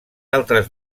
altres